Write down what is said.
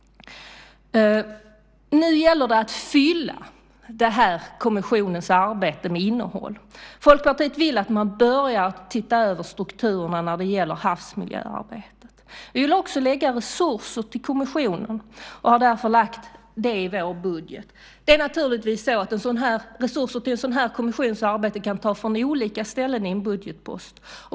Nu gäller det att fylla kommissionens arbete med innehåll. Folkpartiet vill att man börjar med att se över strukturerna när det gäller havsmiljöarbetet. Vi vill också lägga resurser till kommissionen och har därför gjort det i vår budget. Resurser till en sådan här kommissions arbete kan naturligtvis tas från olika ställen i en budgetpost.